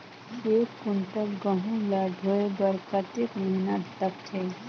एक कुंटल गहूं ला ढोए बर कतेक मेहनत लगथे?